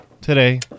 today